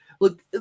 look